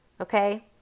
okay